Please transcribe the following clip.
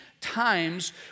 times